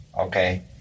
okay